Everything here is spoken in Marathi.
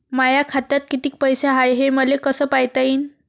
माया खात्यात कितीक पैसे हाय, हे मले कस पायता येईन?